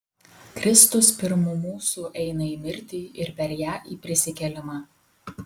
kristus pirm mūsų eina į mirtį ir per ją į prisikėlimą